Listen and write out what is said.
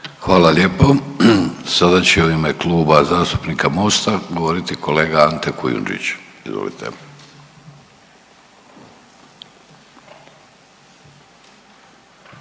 Hvala lijepo. Sada će u ime Kluba zastupnika MOST-a govoriti kolega Ante Kujundžić. Izvolite.